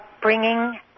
bringing